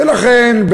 ולכן,